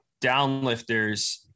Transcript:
downlifters